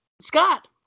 Scott